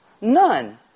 none